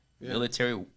Military